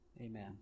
Amen